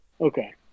Okay